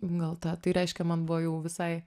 gal tą tai reiškia man buvo jau visai